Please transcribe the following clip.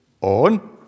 on